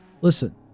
Listen